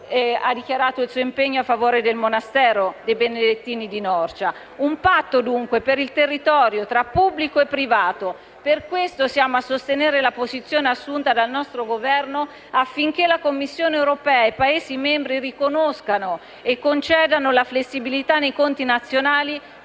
ha dichiarato il suo impegno in favore del monastero dei benedettini di Norcia. Penso ad un patto per il territorio tra pubblico e privato, per questo sosteniamo la posizione assunta dal nostro Governo affinché la Commissione europea e i Paesi membri riconoscano e concedano la flessibilità nei conti nazionali